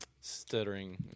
stuttering